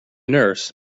nurse